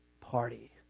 party